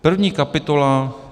První kapitola.